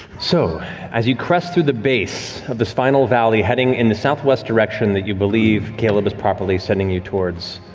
so as you crest through the base of this final valley heading in a southwest direction that you believe caleb is properly sending you towards,